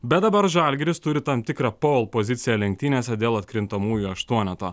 bet dabar žalgiris turi tam tikrą pole poziciją lenktynėse dėl atkrintamųjų aštuoneto